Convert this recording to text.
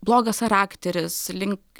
blogas charakteris link